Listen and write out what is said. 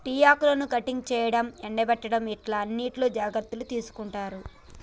tea ఆకులను cutting చేయడం, ఎండపెట్టడం ఇట్లా అన్నిట్లో జాగ్రత్తలు తీసుకుంటారు